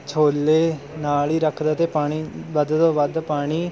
ਛੋਲੇ ਨਾਲ਼ ਹੀ ਰੱਖਦਾ ਅਤੇ ਪਾਣੀ ਵੱਧ ਤੋਂ ਵੱਧ ਪਾਣੀ